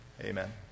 Amen